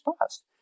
past